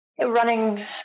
running